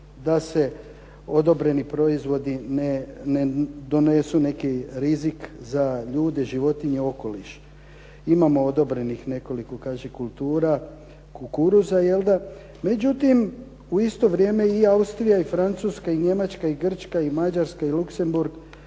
da se odobreni proizvodi ne donesu neki rizik za ljude, životinje, okoliš. Imamo odobrenih nekoliko kaže kultura kukuruza, međutim u isto vrijeme i Austrija, Francuska, Njemačka, Grčka, Mađarska i Luksemburg